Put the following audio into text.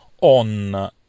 on